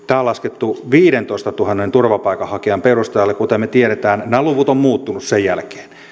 tämä on laskettu viidentoistatuhannen turvapaikanhakijan perusteella kuten me tiedämme nämä luvut ovat muuttuneet sen jälkeen